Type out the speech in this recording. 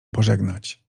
pożegnać